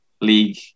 league